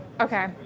Okay